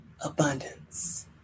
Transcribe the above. Abundance